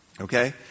Okay